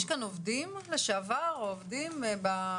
יש כאן עובדים לשעבר או עובדים בפלטפורמות?